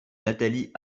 nathalie